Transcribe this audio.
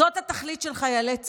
זאת התכלית של חיילי צה"ל?